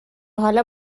حالا